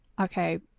Okay